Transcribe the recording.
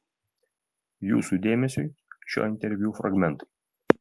jūsų dėmesiui šio interviu fragmentai